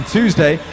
Tuesday